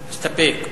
מסתפק.